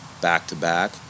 back-to-back